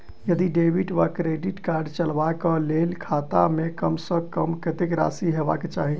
यदि डेबिट वा credit card चलबाक कऽ लेल खाता मे कम सऽ कम कत्तेक राशि हेबाक चाहि?